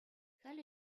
халӗ